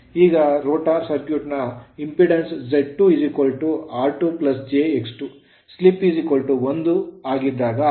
ಈಗ rotor circuit ನ impedance Z2 r2 jX2 slip 1 ಆಗಿದ್ದಾಗ ಅದು ಸ್ತಬ್ಧವಾಗಿದೇ